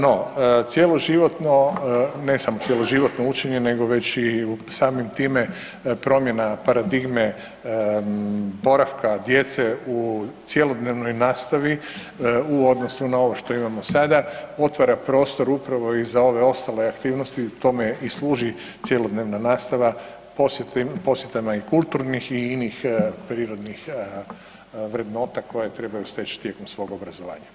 No, cjeloživotno, ne samo cjeloživotno nego već i samim time promjena paradigme boravka djece u cjelodnevnoj nastavi u odnosu na ovo što imamo sada otvara prostor upravo i za ove ostale aktivnosti tome i služi cjelodnevna nastava, posjetama i kulturnih i inih prirodnih vrednota koje trebaju steći tijekom svog obrazovanja.